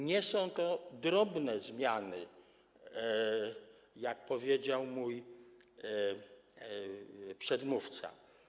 Nie są to drobne zmiany, jak powiedział mój przedmówca.